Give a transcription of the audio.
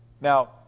Now